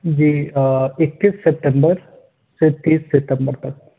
جی اکیس ستمبر سے تیس ستمبر تک